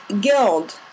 guild